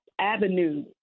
avenue